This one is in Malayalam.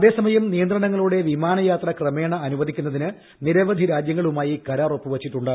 അതേസമയം നിയന്ത്രണങ്ങളോടെ വിമാനയാത്ര ക്രമേണ അനുവദിക്കുന്നതിന് നിരവധി രാജ്യങ്ങളുമായി കരാർ ഒപ്പുവച്ചിട്ടുണ്ട്